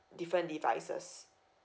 different devices